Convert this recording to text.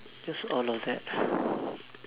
just all of that